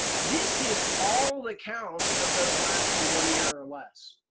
this is all the counts of those lasting one year or less,